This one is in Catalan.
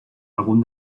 algun